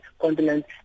continent